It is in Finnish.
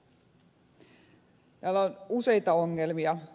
täällä on useita ongelmia